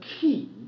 key